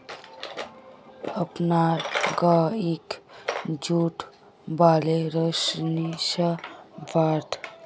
अपनार गइक जुट वाले रस्सी स बांध